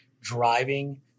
driving